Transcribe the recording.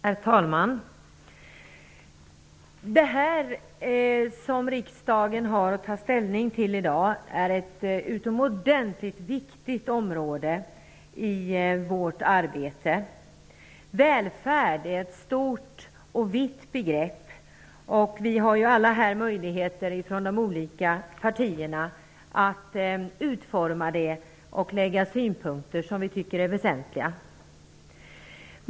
Herr talman! Vad riksdagen i dag har att ta ställning till är ett utomordentligt viktigt område i vårt arbete. Välfärd är ett stort och vitt begrepp. Alla vi från de olika partierna har möjlighet att utforma det arbetet och att anlägga synpunkter som vi tycker är väsentliga.